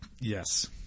Yes